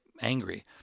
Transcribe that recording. angry